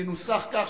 ינוסח כך,